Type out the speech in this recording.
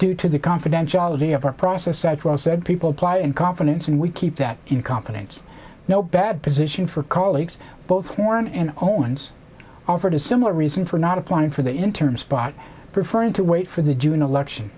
due to the confidentiality of her process said well said people apply in confidence and we keep that in confidence no bad position for colleagues both foreign and owens offered a similar reason for not applying for the interim spot preferring to wait for the do an election